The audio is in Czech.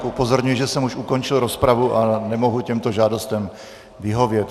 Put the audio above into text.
Upozorňuji, že jsem už ukončil rozpravu a nemohu těmto žádostem vyhovět.